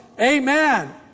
Amen